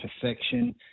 Perfection